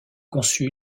conçue